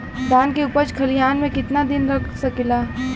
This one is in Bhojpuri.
धान के उपज खलिहान मे कितना दिन रख सकि ला?